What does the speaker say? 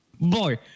Boy